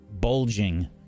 bulging